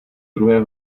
druhé